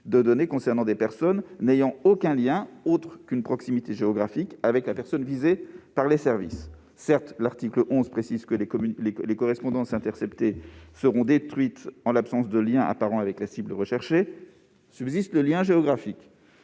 de données concernant des personnes pouvant n'avoir aucun lien autre qu'une proximité géographique avec la personne visée par les services. Certes, l'article 11 précise que les correspondances interceptées seront détruites en l'absence de lien apparent avec la cible recherchée. Néanmoins, il subsiste le lien géographique.